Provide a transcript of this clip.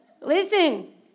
Listen